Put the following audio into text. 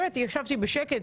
באמת ישבתי בשקט,